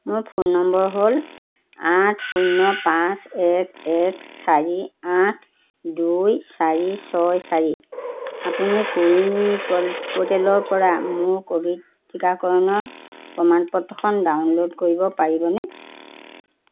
মোৰ phone number হ'ল আঠ শূন্য পাঁচ এক এক চাৰি আঠ দুই চাৰি ছয় চাৰি আপুনি কো ৱিন প'ৰ্টেলৰপৰা মোৰ ক'ভিড টীকাকৰণৰ প্ৰমাণ পত্ৰখন ডাউনল'ড কৰিব পাৰিবনে